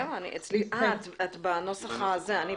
את בנוסח אחר.